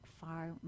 far